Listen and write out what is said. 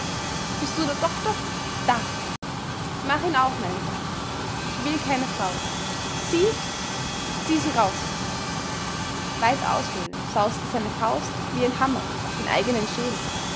bist du der doktor da mach ihn auf meinen kopf ich will keine frau sieh zieh sie raus weit ausholend sauste seine faust wie ein hammer auf den eigenen schädel